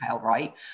right